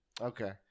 Okay